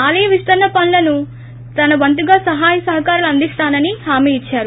ఆలయ విస్తరణ పనులకు తన వంతుగా సహాయ సహకారాలు అందిస్తానని హామీ ఇచ్చారు